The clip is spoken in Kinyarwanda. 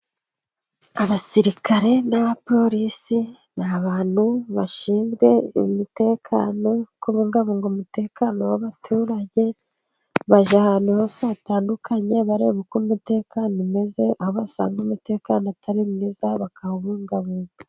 Abasirikare n'abapolisi ni abantu bashinzwe umutekano, kubungabunga umutekano w'abaturage, baje ahantu hose hatandukanye bareba uko umutekano umeze, aho asanga umutekano atari mwiza bakawubungabunga.